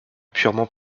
purement